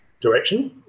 direction